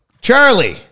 Charlie